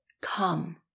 come